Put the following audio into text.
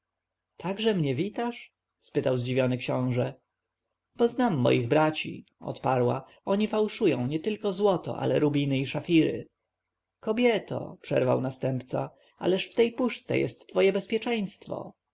także mnie witasz spytał zdziwiony książę bo znam moich braci odparła oni fałszują nietylko złoto ale rubiny i szafiry kobieto przerwał następca ależ w tej puszce jest twoje bezpieczeństwo